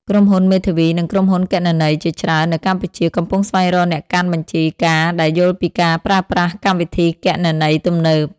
ក្រុមហ៊ុនមេធាវី និងក្រុមហ៊ុនគណនេយ្យជាច្រើននៅកម្ពុជា កំពុងស្វែងរកអ្នកកាន់បញ្ជីការដែលយល់ពីការប្រើប្រាស់កម្មវិធីគណនេយ្យទំនើប។